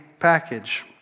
package